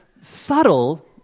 subtle